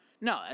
No